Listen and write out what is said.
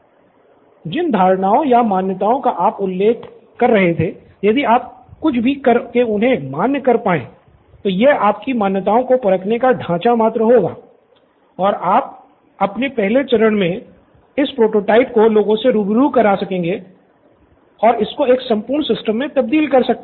professor Bala जिन धारणाएँ या मान्यताओं का आपने उल्लेख किया है यदि आप कुछ भी कर के उन्हें मान्य कर पाएँ तो यह आपकी मान्यताओं को परखने का ढाँचा मात्र होगा और अपने अगले चरण मे आप लोगों से इस प्रोटोटाइप को रुबुरु करा के इसको एक संपूर्ण सिस्टम मे तब्दील कर सकते हैं